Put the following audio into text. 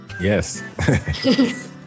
Yes